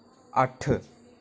अट्ठ